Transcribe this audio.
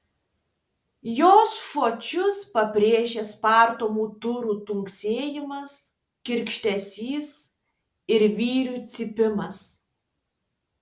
jos žodžius pabrėžė spardomų durų dunksėjimas girgždesys ir vyrių cypimas